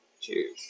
Cheers